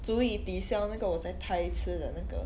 足以抵消那个我在 thai 吃的那个